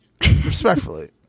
respectfully